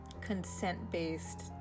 consent-based